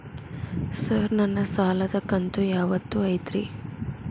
Sir ನನ್ನ ಸಾಲದ ಕಂತು ಯಾವತ್ತೂ ಐತ್ರಿ?